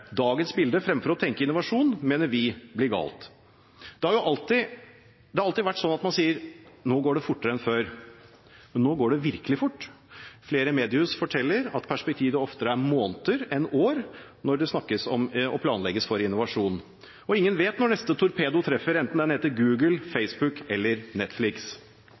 dagens bilde fremfor å tenke innovasjon mener vi blir galt. Det har alltid vært sånn at man sier at nå går det fortere enn før, men nå går det virkelig fort. Flere mediehus forteller at perspektivet oftere er måneder enn år når det snakkes om og planlegges for innovasjon. Ingen vet når neste torpedo treffer, enten den heter Google, Facebook eller Netflix.